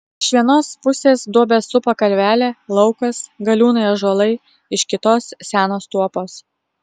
iš vienos pusės duobę supa kalvelė laukas galiūnai ąžuolai iš kitos senos tuopos